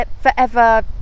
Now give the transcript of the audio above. forever